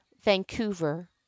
Vancouver